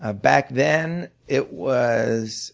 ah back then, it was